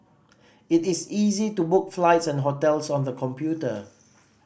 it is easy to book flights and hotels on the computer